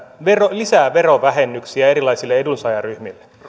lisää verovähennyksiä erilaisille edunsaajaryhmille